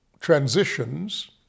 transitions